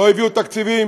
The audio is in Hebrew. לא הביאו תקציבים,